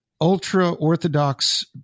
ultra-Orthodox